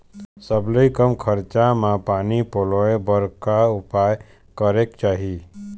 सबले कम खरचा मा पानी पलोए बर का उपाय करेक चाही?